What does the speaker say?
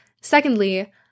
Secondly